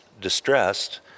distressed